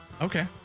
Okay